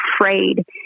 afraid